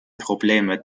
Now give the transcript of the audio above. probleme